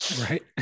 right